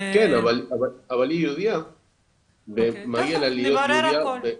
כן, אבל היא יהודייה ומגיע לה להיות יהודייה.